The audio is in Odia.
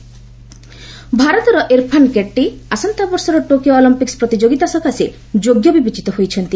ଇର୍ଫାନ୍ ଅଲମ୍ପିକ୍ସ୍ ଭାରତର ଇର୍ଫାନ୍ କେଟି ଆସନ୍ତା ବର୍ଷର ଟୋକିଓ ଅଲମ୍ପିକ୍ସ୍ ପ୍ରତିଯୋଗିତା ସକାଶେ ଯୋଗ୍ୟ ବିବେଚିତ ହୋଇଛନ୍ତି